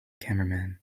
cameraman